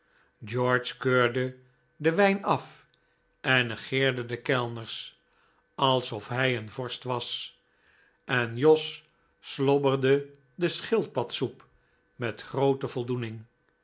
george keurde den wijn af en negerde de kellners alsof hij een vorst was en jos slobberde de schildpadsoep met groote voldoening